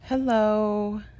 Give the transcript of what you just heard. Hello